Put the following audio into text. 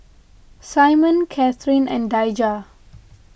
Simeon Cathrine and Daija